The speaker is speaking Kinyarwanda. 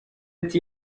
ati